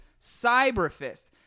Cyberfist